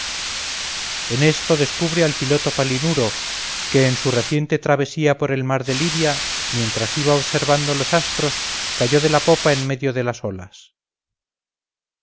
en esto descubre al piloto palinuro que en su reciente travesía por el mar de libia mientras iba observando los astros cayó de la popa en medio de las olas